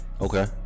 Okay